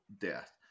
death